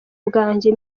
bwanjye